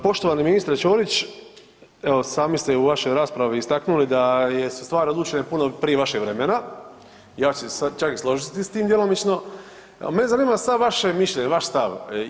Poštovani ministre Ćorić, evo sami ste i u vašoj raspravi istaknuli da je se stvar odlučila puno prije vašeg vremena, ja ću se čak i složiti s tim djelomično, ali mene zanima samo vaše mišljenje, vaš stav.